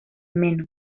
meno